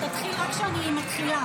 רק תתחיל רק כשאני מתחילה,